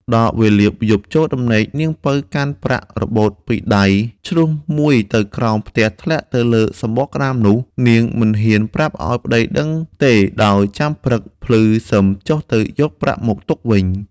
ដល់វេលាយប់ចូលដំណេកនាងពៅកាន់ប្រាក់របូតពីដៃជ្រុះមួយទៅក្រោមផ្ទះធ្លាក់ទៅលើសំបកក្ដាមនោះ នាងមិនហ៊ានប្រាប់ឲ្យប្ដីដឹងទេដោយចាំព្រឹកភ្លឺសឹមចុះទៅយកប្រាក់មកទុកវិញ។